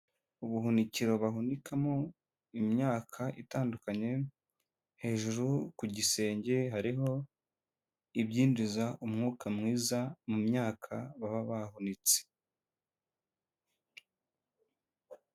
Ubuhunikiro bahunikamo imyaka itandukanye hejuru ku gisenge hariho ibyinjiza umwuka mwiza mu myaka baba bahunitse.